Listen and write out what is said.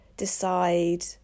decide